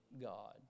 God